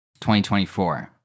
2024